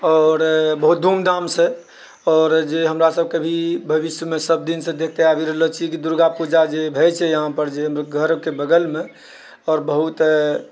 आओर बहुत धूम धामसँ आओर जे हमरासबकेँ भी भविष्यमे सबदिनसँ देखते आबि रहल छी की दुर्गापूजा जे भए छै यहाँ पर जे घरके बगलमे आओर बहुत